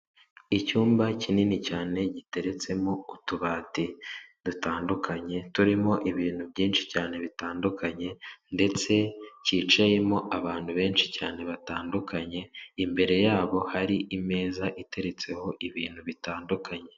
Icyumba kinini cyane giteretsemo utubati dutandukanye turimo ibintu byinshi cyane bitandukanye ndetse cyicayemo abantu benshi cyane batandukanye, imbere y'abo hari imeza iteretseho ibintu bitandukanye.